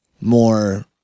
more